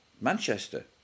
Manchester